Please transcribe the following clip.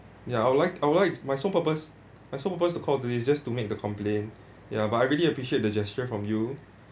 ya I would like I would like my sole purpose my sole purpose to call to you just to make the complain ya but I really appreciate the gesture from you